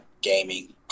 gaming